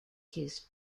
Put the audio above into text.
his